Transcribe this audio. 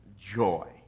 joy